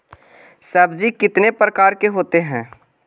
सब्जी कितने प्रकार के होते है?